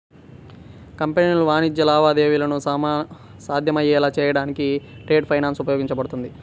కంపెనీలు వాణిజ్య లావాదేవీలను సాధ్యమయ్యేలా చేయడానికి ట్రేడ్ ఫైనాన్స్ ఉపయోగపడుతుంది